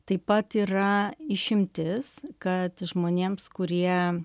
taip pat yra išimtis kad žmonėms kurie